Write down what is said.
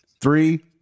Three